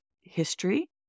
history